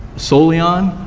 solely on,